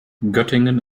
göttingen